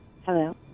Hello